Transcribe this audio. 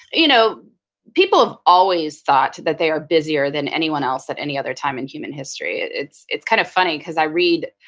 you know people have always thought that they are busier than anyone else at any other time in human history. it's it's kind of funny cause i read,